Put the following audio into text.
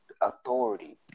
authority